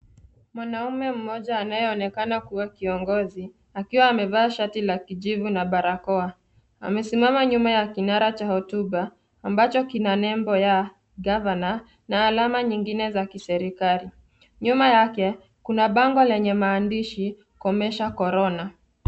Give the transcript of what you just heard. Mwanaume mmoja anayeonekana kuwa kiongozi akiwa amevaa shati la kijivu na barakoa . Amesimama nyuma ya kinara cha hotuba ambacho kina nembo ya governor na alama nyingine za kiserikali. Nyuma yake kuna bango lenye maandishi komesha korona.